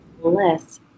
less